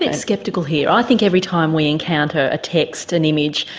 bit sceptical here, i think every time we encounter a text, an image,